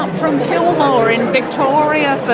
um from kilmore in victoria